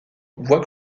voit